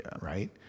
right